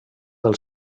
del